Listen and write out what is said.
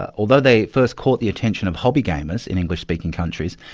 although they first caught the attention of hobby gamers in english-speaking countries,